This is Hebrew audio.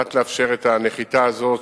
כדי לאפשר את הנחיתה הזאת,